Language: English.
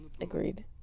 Agreed